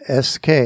SK